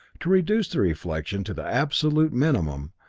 to reduce the reflection to the absolute minimum,